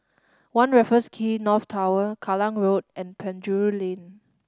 One Raffles Quay North Tower Kallang Road and Penjuru Lane